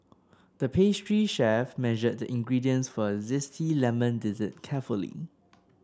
the pastry chef measured the ingredients for a zesty lemon dessert carefully